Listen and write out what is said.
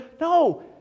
No